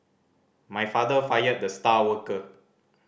my father fired the star worker